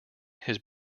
his